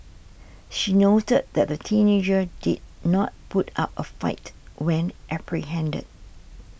she noted that the teenager did not put up a fight when apprehended